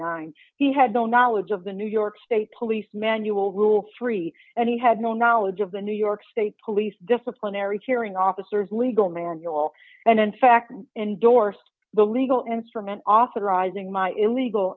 nine he had no knowledge of the new york state police manual rule three and he had no knowledge of the new york state police disciplinary hearing officers legal manual and in fact endorsed the legal instrument authorizing my illegal